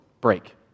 break